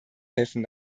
helfen